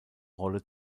rolle